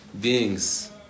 beings